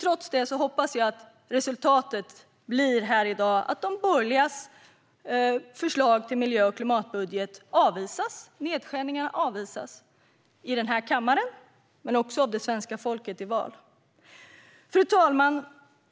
Trots det hoppas jag att resultatet här i dag blir att de borgerligas förslag till miljö och klimatbudget och nedskärningarna där avvisas i den här kammaren men också av det svenska folket i val. Fru talman!